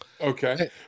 Okay